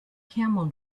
camel